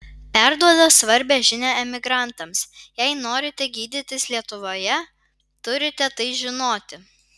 perduoda svarbią žinią emigrantams jei norite gydytis lietuvoje turite tai žinoti